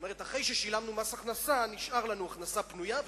כלומר אחרי ששילמנו מס הכנסה נשארה לנו הכנסה פנויה,